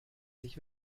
sich